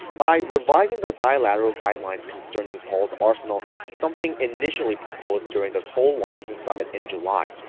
by revising the bilateral guidelines concerning seoul's arsenal, something initially proposed during the seoul-washington summit in july.